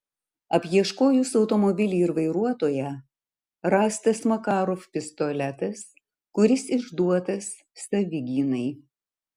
apieškojus automobilį ir vairuotoją rastas makarov pistoletas kuris išduotas savigynai